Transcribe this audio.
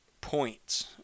points